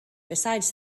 besides